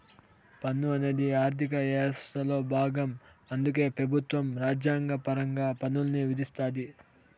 పన్ను అనేది ఆర్థిక యవస్థలో బాగం అందుకే పెబుత్వం రాజ్యాంగపరంగా పన్నుల్ని విధిస్తాది